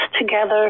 together